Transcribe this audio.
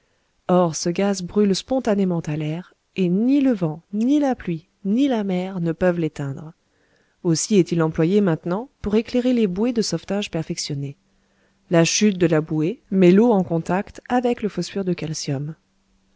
or ce gaz brûle spontanément à l'air et ni le vent ni la pluie ni la mer ne peuvent l'éteindre aussi est-il employé maintenant pour éclairer les bouées de sauvetage perfectionnées la chute de la bouée met l'eau en contact avec le phosphure de calcium